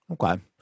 Okay